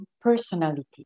personality